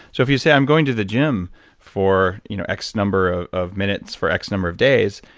so if you say, i'm going to the gym for you know x number ah of minutes, for x number of days,